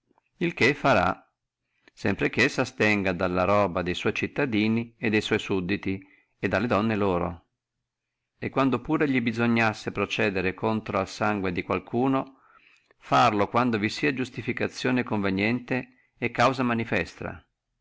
il che farà sempre quando si astenga dalla roba de sua cittadini e de sua sudditi e dalle donne loro e quando pure li bisognasse procedere contro al sangue di alcuno farlo quando vi sia iustificazione conveniente e causa manifesta